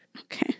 Okay